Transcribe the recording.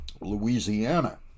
Louisiana